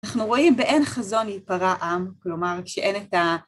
אנחנו רואים באין חזון יפרע עם, כלומר, כשאין את ה...